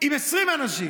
עם 20 אנשים,